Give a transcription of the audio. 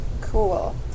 Cool